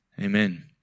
Amen